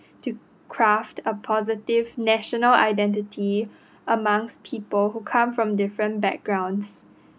to craft a positive national identity amongst people who come from different backgrounds